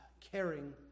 caring